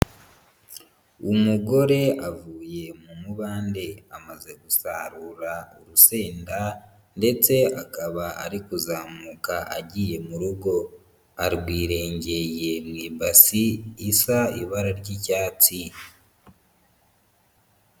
Umugore avuye mu mubande amaze gusarura urusenda ndetse akaba ari kuzamuka agiye mu rugo, arwirengeye mu ibasi isa ibara ry'icyatsi.